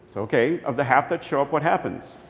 so okay, of the half that show up, what happens?